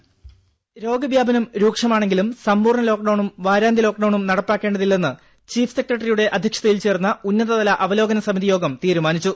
voice ദേദ രോഗവ്യാപനം രൂക്ഷമാണെങ്കിലും സമ്പൂർണ ലോക്ഡൌണും വാരാന്ത്യ ലോക്ഡൌണും നടപ്പാക്കേണ്ടെന്ന് ചീഫ് സെക്രട്ടറിയുടെ അധ്യക്ഷതയിൽ ചേർന്ന ഉന്നതതല അവലോകന സമിതി യോഗം തീരുമാനിച്ചു